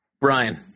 Brian